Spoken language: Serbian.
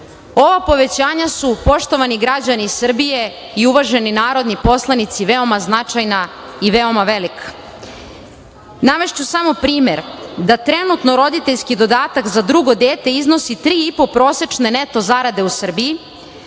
povećanja su, poštovani građani Srbije i uvaženi narodni poslanici, veoma značajna i veoma velika. Navešću samo primer da trenutno roditeljski dodatak za drugo dete iznosi tri i po prosečne neto zarade u Srbiji,